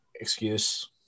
Excuse